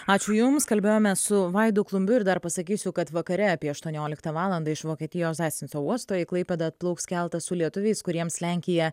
ačiū jums kalbėjome su vaidu klumbiu ir dar pasakysiu kad vakare apie aštuonioliktą valandą iš vokietijos zasnico uosto į klaipėdą atplauks keltas su lietuviais kuriems lenkija